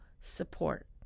support